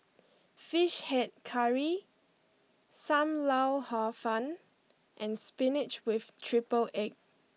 Fish Head Curry Sam Lau Hor Fun and Spinach with Triple Egg